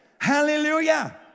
Hallelujah